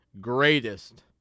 greatest